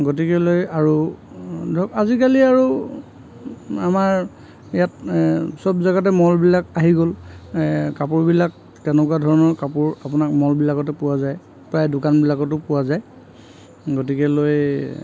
গতিকেলৈ আৰু আজিকালি আৰু আমাৰ ইয়াত চব জেগাতে মলবিলাক আহি গ'ল কাপোৰবিলাক তেনেকুৱা ধৰণৰ কাপোৰ আপোনাৰ মলবিলাকতে পোৱা যায় প্ৰায় দোকানবিলাকতো পোৱা যায় গতিকেলৈ